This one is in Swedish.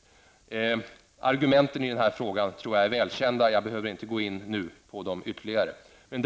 Argumenten är välkända, så jag behöver inte ytterligare gå in på dem.